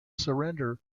surrender